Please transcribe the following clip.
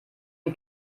den